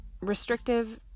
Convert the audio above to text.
restrictive